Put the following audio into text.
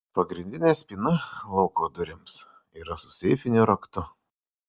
pagrindinė spyna lauko durims yra su seifiniu raktu